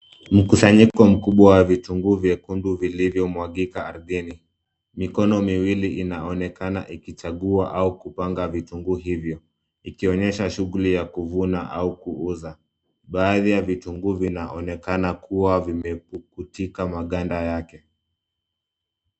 Mkusanyiko mkubwa wa vitunguu vyekundu vilivyomwangika ardhini. Mikono miwili inaonekana ikichagua au kupanga vitunguu hivyo, ikionyesha shughuli za kuvuna au kuuza. Baadhi ya vitunguu vinaonekana kuwa vimepuputika maganda yake.